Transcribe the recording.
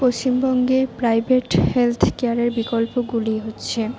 পশ্চিমবঙ্গে private health কেয়ারের বিকল্পগুলি হচ্ছে